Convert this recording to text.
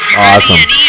awesome